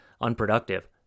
unproductive